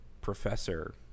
professor